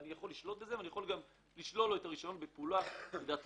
אני גם אוכל לשלול לו את הרישיון בפעולה קצרה,